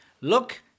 look